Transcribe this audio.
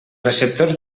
receptors